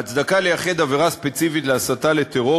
ההצדקה לייחד עבירה ספציפית לעבירה לטרור